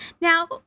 Now